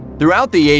throughout the eighty